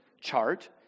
chart